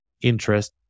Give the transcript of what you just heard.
interest